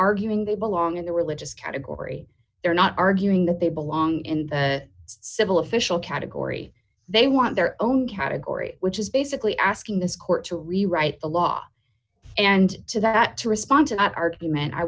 arguing they belong in the religious category they're not arguing that they belong in the civil official category they want their own category which is basically asking this court to rewrite the law and to that to respond to that argument i